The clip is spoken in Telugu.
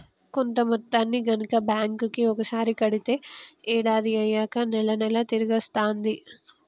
కొంత మొత్తాన్ని గనక బ్యాంక్ కి ఒకసారి కడితే ఏడాది అయ్యాక నెల నెలా తిరిగి ఇస్తాంది